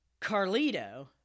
Carlito